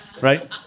right